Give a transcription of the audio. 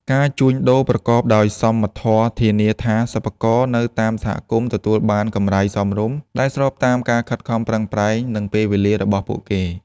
ការជួញដូរប្រកបដោយសមធម៌ធានាថា សិប្បករនៅតាមសហគមន៍ទទួលបានកម្រៃសមរម្យ ដែលស្របតាមការខិតខំប្រឹងប្រែង និងពេលវេលារបស់ពួកគេ។